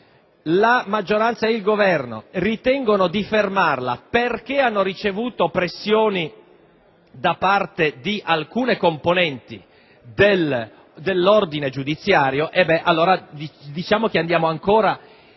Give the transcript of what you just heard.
la maggioranza e il Governo ritengono di fermare questa riforma, perché hanno ricevuto pressioni da parte di alcune componenti dell'ordine giudiziario,